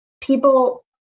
people